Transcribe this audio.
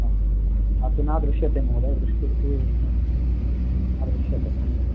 हा हा हा तथा तु न दृश्यते महोदय वृष्टिः तु न दृश्यते भो